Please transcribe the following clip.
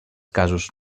casos